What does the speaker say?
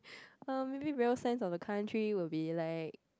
um maybe real sense of the country will be like